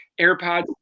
AirPods